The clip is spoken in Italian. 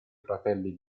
fratelli